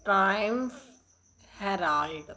time Harrier